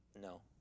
No